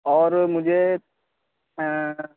اور مجھے